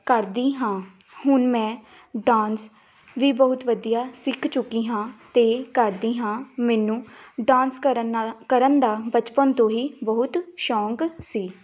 ਕਰਦੀ ਹਾਂ ਹੁਣ ਮੈਂ ਡਾਂਸ ਵੀ ਬਹੁਤ ਵਧੀਆ ਸਿੱਖ ਚੁਕੀ ਹਾਂ ਅਤੇ ਕਰਦੀ ਹਾਂ ਮੈਨੂੰ ਡਾਂਸ ਕਰਨ ਨਾਲ ਕਰਨ ਦਾ ਬਚਪਨ ਤੋਂ ਹੀ ਬਹੁਤ ਸ਼ੌਂਕ ਸੀ